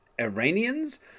Iranians